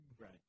Right